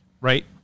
Right